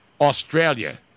Australia